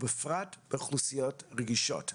בפרט באוכלוסיות רגישות.